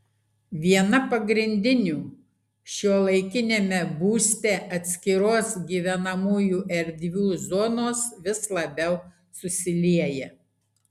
viena pagrindinių šiuolaikiniame būste atskiros gyvenamųjų erdvių zonos vis labiau susilieja